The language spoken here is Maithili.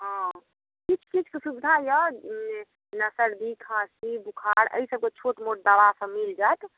हँ किछु किछुके सुविधा यऽ जेना सर्दी खाँसी बूखार एहि सबके छोटमोट दवा सब मिल जाएत